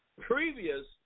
previous